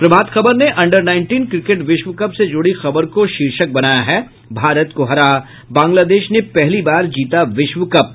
प्रभात खबर ने under nineteen cricket विश्व cup से जुड़ी खबर को शीर्षक बनाया है भारत को हरा बांग्लादेश ने पहली बार जीता विश्व कप